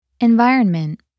Environment